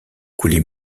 coulée